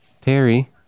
Terry